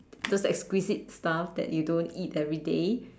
those exquisite stuff that you don't eat everyday